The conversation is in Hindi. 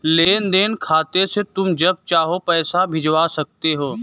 लेन देन खाते से तुम जब चाहो पैसा भिजवा सकते हो